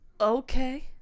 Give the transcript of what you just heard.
Okay